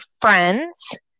friends